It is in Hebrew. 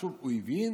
שוב, הוא הבין?